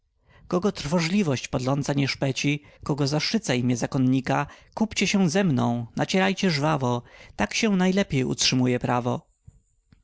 kogo trwożliwość podląca nie szpeci kogo zaszczyca imie zakonnika kupcie się ze mną nacierajcie żwawo tak się najlepiej utrzymuje prawo